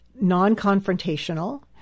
non-confrontational